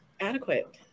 Adequate